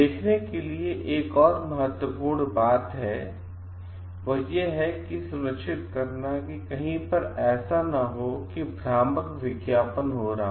देखने के लिए एक बहुत ही महत्वपूर्ण बात यह है कि यह सुनिश्चित करना है कि कहीं पर ऐसा न हो कि भ्रामक विज्ञापन भी हो रहा है